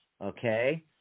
okay